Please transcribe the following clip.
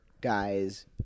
guys